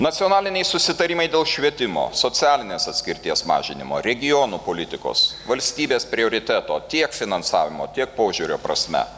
nacionaliniai susitarimai dėl švietimo socialinės atskirties mažinimo regionų politikos valstybės prioriteto tiek finansavimo tiek požiūrio prasme